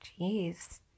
jeez